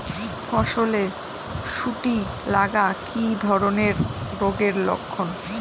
ফসলে শুটি লাগা কি ধরনের রোগের লক্ষণ?